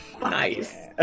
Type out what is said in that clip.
Nice